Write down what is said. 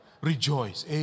rejoice